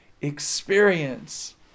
experience